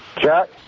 Jack